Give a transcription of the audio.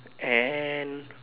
and